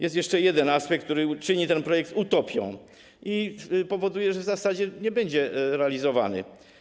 Jest jeszcze jeden aspekt, który czyni ten projekt utopią i powoduje, że w zasadzie nie będzie on realizowany.